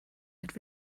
had